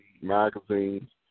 magazines